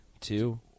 two